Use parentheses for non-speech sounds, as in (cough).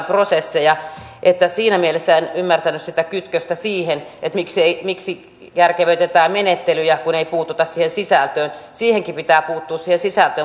(unintelligible) prosesseja niin että siinä mielessä en ymmärtänyt sitä kytköstä kun sanottiin että miksi järkevöitetään menettelyjä kun ei puututa siihen sisältöön siihen sisältöönkin pitää puuttua